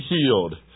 healed